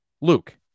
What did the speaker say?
Luke